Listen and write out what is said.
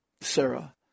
Sarah